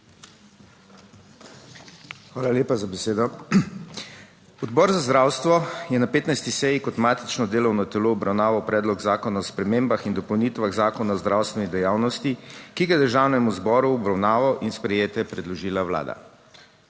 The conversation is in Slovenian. Hvala lepa za besedo. Odbor za zdravstvo je na 15. seji kot matično delovno telo obravnaval Predlog zakona o spremembah in dopolnitvah Zakona o zdravstveni dejavnosti, ki ga je Državnemu zboru v obravnavo in sprejetje predložila Vlada.